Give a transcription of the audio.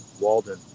Walden